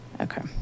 Okay